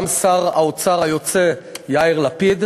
גם שר האוצר היוצא יאיר לפיד,